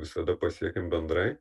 visada pasiekiam bendrai